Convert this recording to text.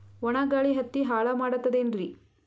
ಒಣಾ ಗಾಳಿ ಹತ್ತಿ ಹಾಳ ಮಾಡತದೇನ್ರಿ?